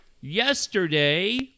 Yesterday